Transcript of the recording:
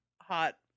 hot